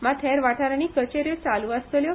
मात हेर वांठारांनी कचेन्यो चालू आसतल्यो